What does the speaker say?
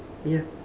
ya